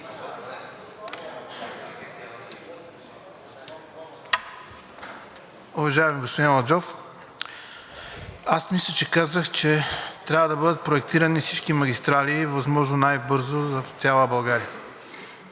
Уважаеми господин Аладжов, мисля, че казах, че трябва да бъдат проектирани всички магистрали възможно най-бързо в цяла България.